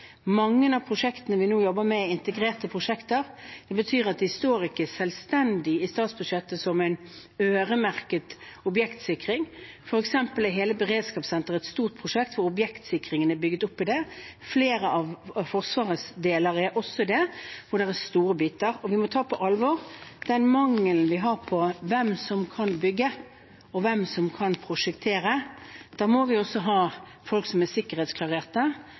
Mange av prosjektene vi nå jobber med, er integrerte prosjekter. Det betyr at de ikke står selvstendig i statsbudsjettet som øremerket objektsikring. For eksempel er hele beredskapssenteret et stort prosjekt som objektsikringen er bygd opp i. Flere av Forsvarets deler er også det. Det er store biter, og vi må ta på alvor den mangelen vi har på hvem som kan bygge, og hvem som kan prosjektere. Vi må ha folk som er